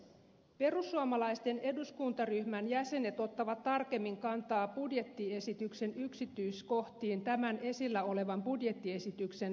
perussuomalaisten eduskuntaryhmän jäsenet ottavat tarkemmin kantaa budjettiesityksen yksityiskohtiin tämän esillä olevan budjettiesityksen lähetekeskustelussa